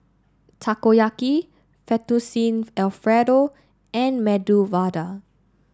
Takoyaki Fettuccine Alfredo and Medu Vada